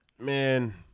man